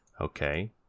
okay